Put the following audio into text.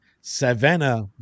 Savannah